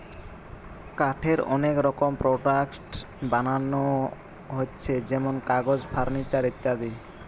কাঠের অনেক রকমের প্রোডাক্টস বানানা হচ্ছে যেমন কাগজ, ফার্নিচার ইত্যাদি